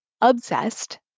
obsessed